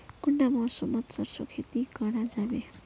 कुंडा मौसम मोत सरसों खेती करा जाबे?